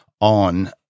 on –